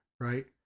right